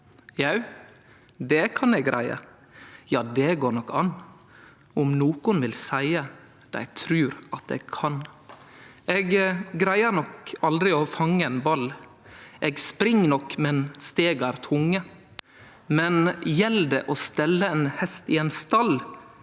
Jau, det kan eg greie, jau, det går nok an. Om nokon vil seie dei trur at eg kan! Eg greier mest aldri å fange ein ball, eg spring nok, men stega er tunge. Men gjeld det å stelle ein hest i ein stall,